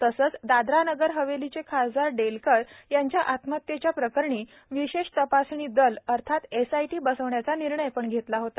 तसेच दादरा नगर हवेलीचे खासदारडेलकर यांच्या आत्महत्येच्याप्रकरणी विशेष तपासणी दल अर्थात एसआयटी बसवण्याचा निर्णयहीघेतला होता